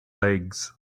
legs